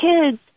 kids